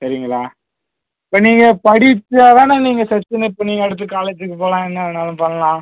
சேரிங்களா இப்போ நீங்கள் படிப்புக்காகதானே நீங்கள் சச்சினை இப்போ நீங்கள் எடுத்து காலேஜ்க்கு போகலாம் என்ன வேணுமானாலும் பண்ணலாம்